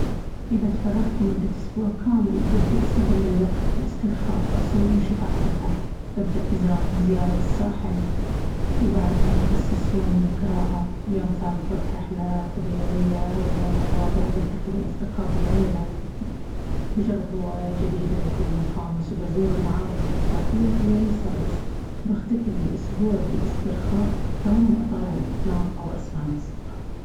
إذا تفرغت لمدة أسبوع كامل، بودي أستغل الوقت في الاسترخاء وأسوي أنشطة أحبها. ببدأ بزراعة - بزيارة الساحل، وبعدها بخصص يوم للقراءة. اليوم الثالث بروح رحلة طبيعية، واليوم الرابع بلتقي بالأصدقاء والعيلة. بجرب هواية جديدة في اليوم الخامس، وبزور المعالم الثقافية في اليوم السادس. بختتم الأسبوع بالاسترخاء التام، وأطالع الأفلام أو اسمع موسيقى.